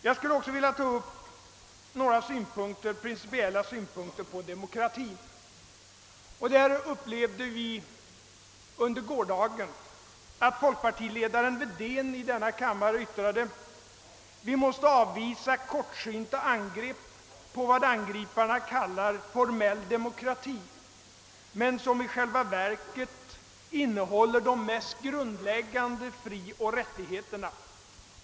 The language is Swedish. Jag skulle också vilja ta upp några principiella synpunkter på demokratin. Där upplevde vi under gårdagen att folkpartiledaren Wedén i denna kammare yttrade: »Vi måste avvisa kortsynta angrepp på vad angriparna kallar "formell demokrati” men som i själva verket innehåller de mest grundläggande frioch rättigheterna.